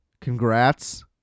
Congrats